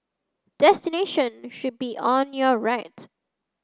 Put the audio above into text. destination should be on your right